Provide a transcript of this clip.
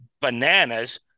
bananas